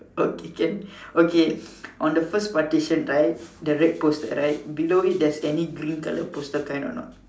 okay can okay on the first partition right the red poster right below it there's any green colour poster kind or not